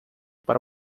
para